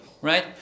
right